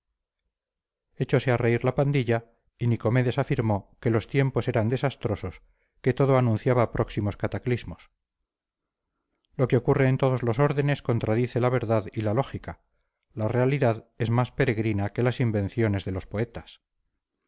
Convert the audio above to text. echose a reír la pandilla y nicomedes afirmó que los tiempos eran desastrosos que todo anunciaba próximos cataclismos lo que ocurre en todos los órdenes contradice la verdad y la lógica la realidad es más peregrina que las invenciones de los poetas